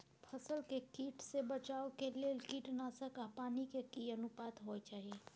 फसल के कीट से बचाव के लेल कीटनासक आ पानी के की अनुपात होय चाही?